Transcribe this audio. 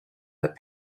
but